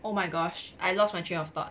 oh my gosh I lost my train of thought